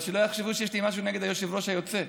אבל שלא יחשבו שיש לי משהו נגד היושב-ראש היוצא,